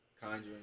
Conjuring